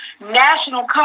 national